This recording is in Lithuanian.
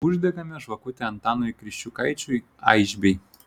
uždegame žvakutę antanui kriščiukaičiui aišbei